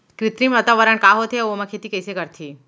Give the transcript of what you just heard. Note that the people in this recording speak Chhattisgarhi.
कृत्रिम वातावरण का होथे, अऊ ओमा खेती कइसे करथे?